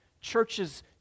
Churches